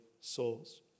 souls